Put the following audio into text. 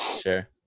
Sure